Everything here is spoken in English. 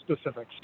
specifics